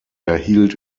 erhielt